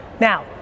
Now